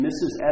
Mrs